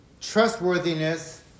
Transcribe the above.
trustworthiness